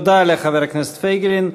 תודה לחבר הכנסת פייגלין.